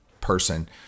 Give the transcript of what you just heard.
person